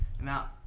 Now